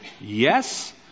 yes